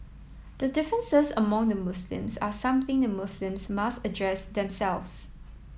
the differences among the Muslims are something the Muslims must address themselves